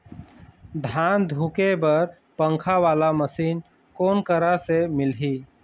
धान धुके बर पंखा वाला मशीन कोन करा से मिलही?